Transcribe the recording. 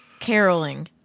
caroling